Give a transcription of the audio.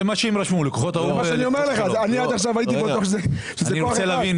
הייתי בטוח שזה כוח אחד.